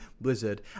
Blizzard